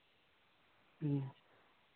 ᱦᱮᱸ